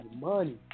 Money